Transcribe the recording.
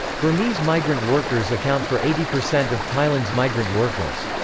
burmese migrant workers account for eighty percent of thailand's migrant workers.